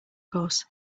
course